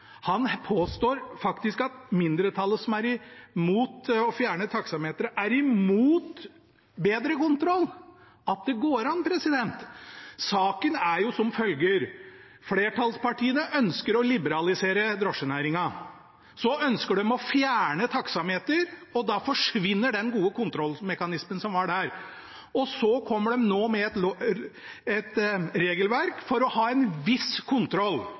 Han påstår faktisk at mindretallet, som er imot å fjerne taksameteret, er imot bedre kontroll. At det går an! Saken er jo som følger: Flertallspartiene ønsker å liberalisere drosjenæringen. Så ønsker de å fjerne taksameteret, og da forsvinner den gode kontrollmekanismen som var der. Og så kommer de nå med et regelverk for å ha en viss kontroll.